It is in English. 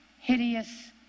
Hideous